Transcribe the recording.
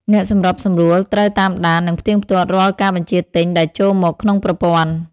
អ្នកសម្របសម្រួលត្រូវតាមដាន និងផ្ទៀងផ្ទាត់រាល់ការបញ្ជាទិញដែលចូលមកក្នុងប្រព័ន្ធ។